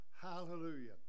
Hallelujah